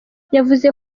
yavuze